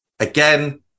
Again